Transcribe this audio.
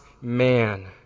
man